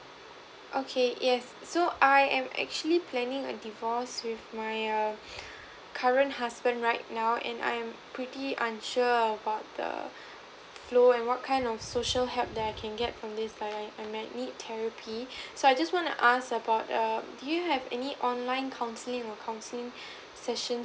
okay yes so I am actually planning a divorce with my err current husband right now and I'm pretty unsure about the flow and what kind of social help that I can get from this time I might need therapy so I just wanna ask about err do you have any online counselling or counselling session